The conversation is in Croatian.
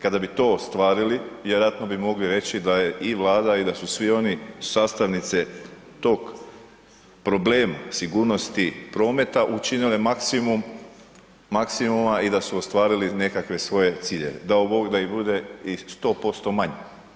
Kada bi to ostvarili vjerojatno bi mogli reći da je i Vlada i da su svi oni sastavnice tog problema sigurnosti prometa učinile maksimum maksimuma i da su ostvarili nekakve svoje ciljeve, dao Bog da ih bude i 100% manje.